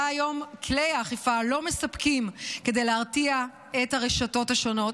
היום לא מספיקים כדי להרתיע את הרשתות השונות,